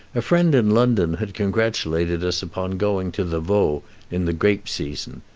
a friend in london had congratulated us upon going to the vaud in the grape season.